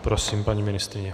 Prosím, paní ministryně.